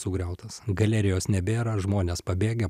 sugriautas galerijos nebėra žmonės pabėgę